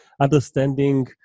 understanding